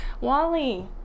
Wally